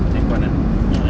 aircon ah